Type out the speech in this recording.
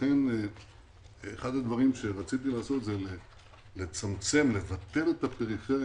לכן אחד הדברים שרציתי לעשות זה לצמצם ולבטל את הפריפריה,